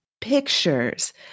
pictures